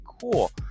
cool